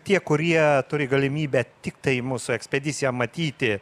tie kurie turi galimybę tiktai mūsų ekspediciją matyti